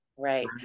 right